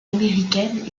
américaine